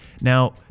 Now